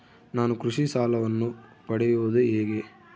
ನಾನು ಕೃಷಿ ಸಾಲವನ್ನು ಪಡೆಯೋದು ಹೇಗೆ?